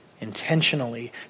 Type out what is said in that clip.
intentionally